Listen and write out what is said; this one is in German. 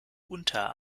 unter